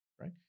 right